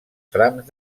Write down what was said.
trams